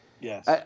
Yes